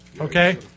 okay